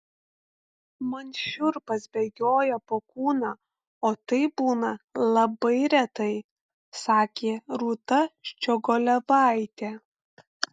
man šiurpas bėgioja po kūną o tai būna labai retai sakė rūta ščiogolevaitė